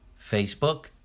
Facebook